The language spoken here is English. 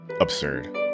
absurd